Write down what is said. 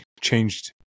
changed